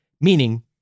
meaning